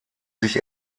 sich